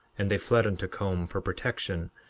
and they fled unto com for protection,